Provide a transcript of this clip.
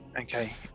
Okay